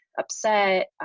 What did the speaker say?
upset